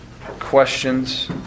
questions